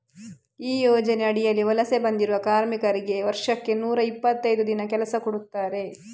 ಈ ಯೋಜನೆ ಅಡಿಯಲ್ಲಿ ವಲಸೆ ಬಂದಿರುವ ಕಾರ್ಮಿಕರಿಗೆ ವರ್ಷಕ್ಕೆ ನೂರಾ ಇಪ್ಪತ್ತೈದು ದಿನ ಕೆಲಸ ಕೊಡ್ತಾರೆ